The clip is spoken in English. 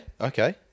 okay